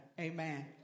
Amen